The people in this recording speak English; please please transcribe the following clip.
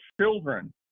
children